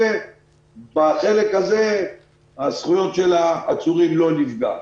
בחלק הזה הזכויות של העצורים לא נפגעות.